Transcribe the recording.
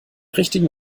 richtigen